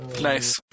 Nice